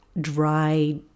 dry